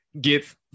get